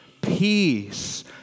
peace